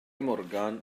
morgan